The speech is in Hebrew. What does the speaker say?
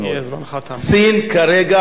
סין כרגע מתכננת